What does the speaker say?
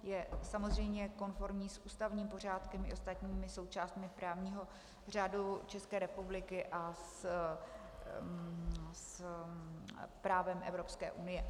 Je samozřejmě konformní s ústavním pořádkem i ostatními součástmi právního řádu České republiky a s právem Evropské unie.